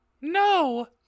No